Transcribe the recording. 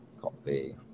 Copy